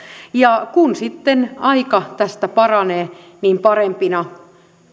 ja kun sitten aika tästä paranee niin parempina